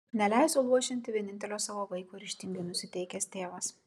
neleisiu luošinti vienintelio savo vaiko ryžtingai nusiteikęs tėvas